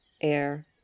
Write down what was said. air